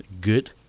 Good